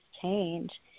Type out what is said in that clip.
change